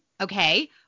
okay